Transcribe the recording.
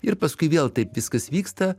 ir paskui vėl taip viskas vyksta